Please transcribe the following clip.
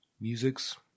Music's